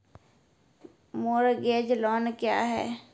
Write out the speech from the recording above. Mortgage loan क्या है?